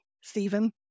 Stephen